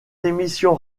émissions